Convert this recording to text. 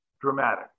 Dramatic